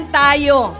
tayo